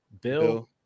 Bill